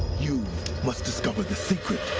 you must discover the secret